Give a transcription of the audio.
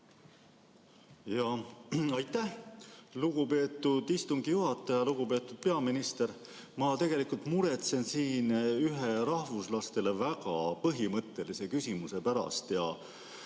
Aitäh, lugupeetud istungi juhataja! Lugupeetud peaminister! Ma tegelikult muretsen siin ühe rahvuslastele väga põhimõttelise küsimuse pärast.